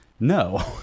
No